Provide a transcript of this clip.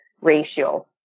ratio